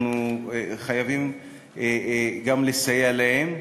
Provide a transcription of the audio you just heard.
אנחנו חייבים גם לסייע להם.